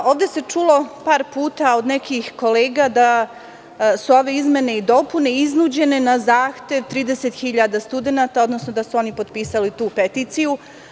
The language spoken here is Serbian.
Ovde se čulo par puta od nekih kolega da su ove izmene i dopune iznuđene na zahtev 30.000 studenata, odnosno da su oni potpisali tu peticiju.